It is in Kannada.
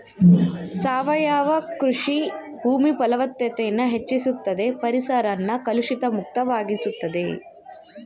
ಸಾವಯವ ಕೃಷಿ ಭೂಮಿ ಫಲವತ್ತತೆನ ಹೆಚ್ಚುಸ್ತದೆ ಪರಿಸರನ ಕಲುಷಿತ ಮುಕ್ತ ವಾಗಿಸ್ತದೆ